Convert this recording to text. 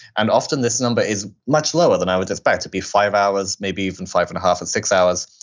and often, this number is much lower than i would expect to be five hours, maybe even five and a half or and six hours.